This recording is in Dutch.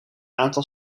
aantal